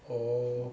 orh